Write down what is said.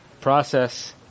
process